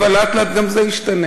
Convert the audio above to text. אבל לאט-לאט גם זה ישתנה.